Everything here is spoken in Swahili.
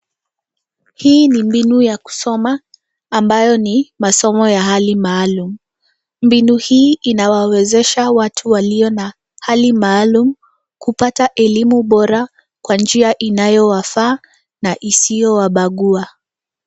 Hii ni mbinu ya kusoma ambayo ni masomo ya hali maalum. Mbinu hii inawawezesha watu walio na hali maalum kupata elimu bora kwa njia inayowafaa na isiyowabagua.